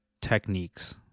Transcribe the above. techniques